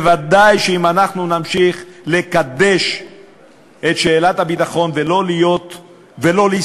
ודאי שאם אנחנו נמשיך לקדש את שאלת הביטחון ולא נסתכל